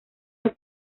los